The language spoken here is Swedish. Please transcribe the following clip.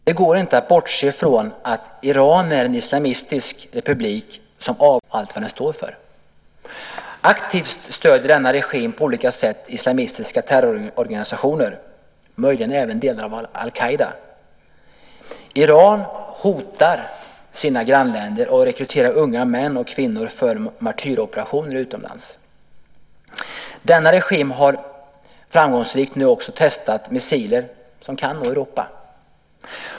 Fru talman! Det går inte att bortse från att Iran är en islamistisk republik som avskyr västvärlden och allt vad den står för. Aktivt stöder denna regim på olika sätt islamistiska terrororganisationer, möjligen även delar av al-Qaida. Iran hotar sina grannländer och rekryterar unga män och kvinnor för martyroperationer utomlands. Denna regim har nu framgångsrikt också testat missiler som kan nå Europa.